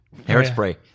Hairspray